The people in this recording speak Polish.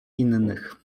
innych